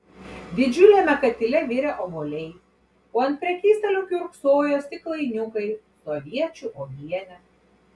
didžiuliame katile virė obuoliai o ant prekystalių kiurksojo stiklainiukai su aviečių uogiene